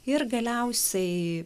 ir galiausiai